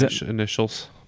Initials